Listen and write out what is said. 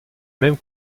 même